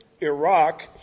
Iraq